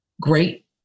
great